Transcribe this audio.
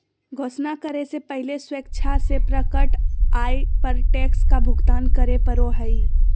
घोषणा करे से पहले स्वेच्छा से प्रकट आय पर टैक्स का भुगतान करे पड़ो हइ